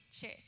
church